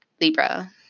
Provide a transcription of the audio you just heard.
Libra